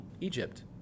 Egypt